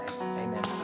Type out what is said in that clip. amen